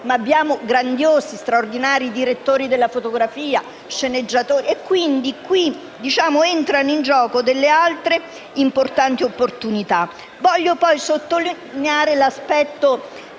ma anche grandiosi, straordinari direttori della fotografia, sceneggiatori e qui entrano in gioco altre importanti opportunità. Desidero poi sottolineare l’aspetto